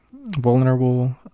vulnerable